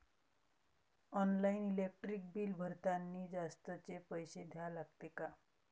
Online electric bill भरतानी जास्तचे पैसे द्या लागते का?